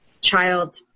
Child